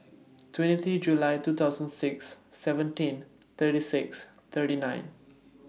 twenty three July two thousand six seventeen thirty six thirty nine